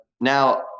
now